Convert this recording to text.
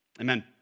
amen